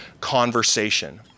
conversation